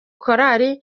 korali